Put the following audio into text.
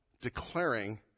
declaring